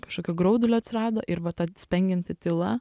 kažkokio graudulio atsirado ir va ta spengianti tyla